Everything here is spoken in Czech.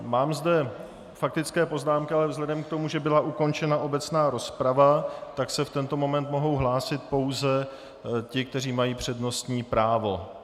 Mám zde faktické poznámky, ale vzhledem k tomu, že byla ukončena obecná rozprava, tak se v tento moment mohou hlásit pouze ti, kteří mají přednostní právo.